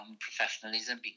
professionalism